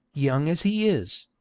young as he is.